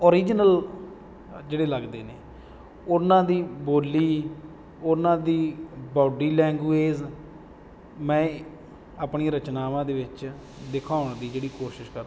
original ਜਿਹੜੇ ਲੱਗਦੇ ਨੇ ਉਹਨਾਂ ਦੀ ਬੋਲੀ ਉਹਨਾਂ ਦੀ ਬੋਡੀ ਲੈਂਗੁਏਜ ਮੈਂ ਆਪਣੀਆਂ ਰਚਨਾਵਾਂ ਦੇ ਵਿੱਚ ਦਿਖਾਉਣ ਦੀ ਜਿਹੜੀ ਕੋਸ਼ਿਸ਼ ਕਰਦਾ